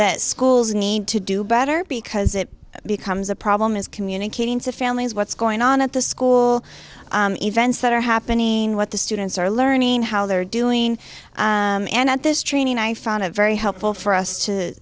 that schools need to do better because it becomes a problem is communicating to families what's going on at the school events that are happening what the students are learning how they're doing and at this training i found a very helpful for us to